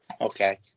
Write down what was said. Okay